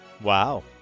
Wow